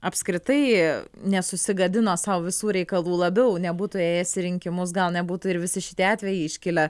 apskritai nesusigadino sau visų reikalų labiau nebūtų ėjęs į rinkimus gal nebūtų ir visi šitie atvejai iškilę